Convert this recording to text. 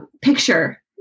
picture